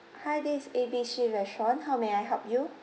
hi this is A B C restaurant how may I help you